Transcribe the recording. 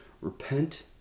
repent